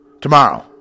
Tomorrow